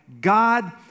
God